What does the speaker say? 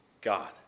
God